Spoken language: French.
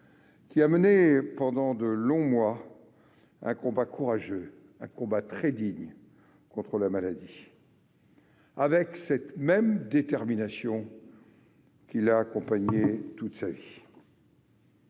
Il a mené pendant de longs mois un combat courageux et digne contre la maladie, avec la même détermination qui l'a accompagné toute sa vie.